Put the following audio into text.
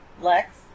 Lex